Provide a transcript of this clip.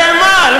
הרי על מה?